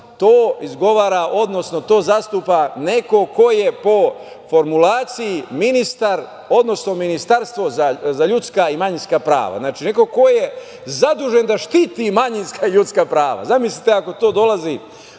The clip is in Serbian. to izgovara, odnosno to zastupa neko ko je po formulaciji ministar, odnosno Ministarstvo za ljudska i manjinska prava. Znači, neko ko je zadužen da štiti manjinska i ljudska prava. Zamislite, ako takav